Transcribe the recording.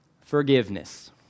forgiveness